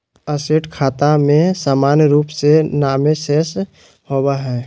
asset खाता में सामान्य रूप से नामे शेष होबय हइ